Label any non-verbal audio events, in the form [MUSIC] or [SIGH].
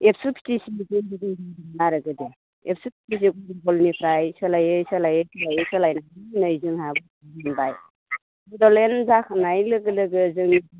एबसु पिटिसिनि [UNINTELLIGIBLE] आरो गोदो एबसु [UNINTELLIGIBLE] सोलायै सोलायै सोलायै सोलायनानै नै जोंहा मोनबाय बड'लेण्ड जाखांनाय लोगो लोगो जों